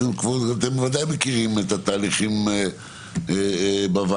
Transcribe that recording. אתם ודאי מכירים את התהליכים בוועדה.